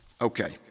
Okay